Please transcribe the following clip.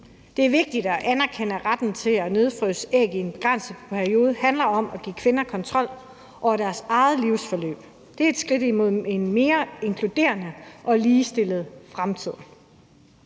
er vigtigt at anerkende, at retten til at nedfryse æg i en mindre begrænset periode handler om at give kvinder kontrol over deres eget livsforløb. Det er et skridt hen imod en mere inkluderende og ligestillet fremtid.